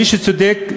מי שצודק,